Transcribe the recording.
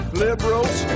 liberals